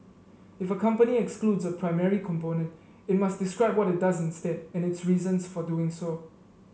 if a company excludes a primary component it must describe what it does instead and its reasons for doing so